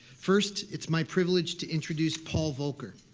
first, it's my privilege to introduce paul volcker.